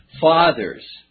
fathers